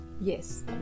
Yes